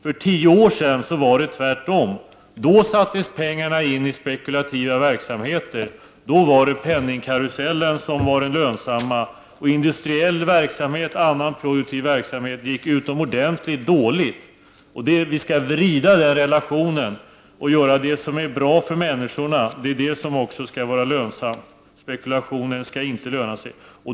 För tio år sedan var det tvärtom: då sattes pengarna in i spekulativa verksamheter, då var det penningkarusellen som var den lönsamma, och industriell och annan produktiv verksamhet gick utomordentligt dåligt. Vi skall ändra den relationen. Det som är bra för människor är också det som skall vara lönsamt. Spekulationen skall inte löna sig.